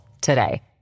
today